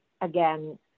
again